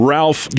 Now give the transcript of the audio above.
Ralph